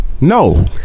No